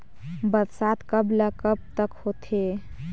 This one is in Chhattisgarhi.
बरसात कब ल कब तक होथे?